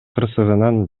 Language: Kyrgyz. кырсыгынан